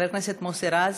חבר הכנסת מוסי רז,